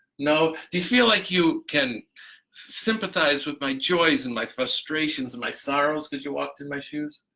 no, do you feel like you can sympathize with my joys and my frustrations and my sorrows because you walked in my shoes?